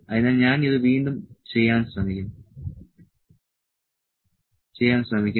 അതിനാൽ ഞാൻ ഇത് വീണ്ടും ചെയ്യാൻ ശ്രമിക്കാം